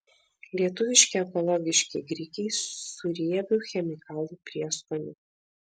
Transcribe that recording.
lietuviški ekologiški grikiai su riebiu chemikalų prieskoniu